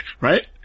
right